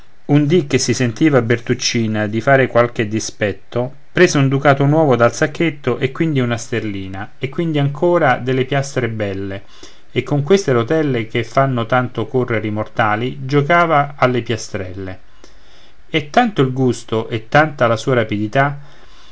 un dì che si sentiva bertuccina di far qualche dispetto prese un ducato nuovo dal sacchetto e quindi una sterlina e quindi ancora delle piastre belle e con queste rotelle che fanno tanto correre i mortali giocava alle piastrelle è tanto il gusto e tanta la sua rapidità